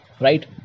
right